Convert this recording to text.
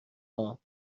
هام